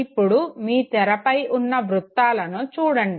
ఇప్పుడు మీ తెరపై ఉన్న ఈ వృత్తాన్ని చూడండి